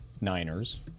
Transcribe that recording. Niners